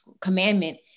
commandment